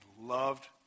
loved